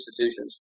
institutions